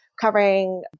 covering